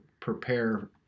prepare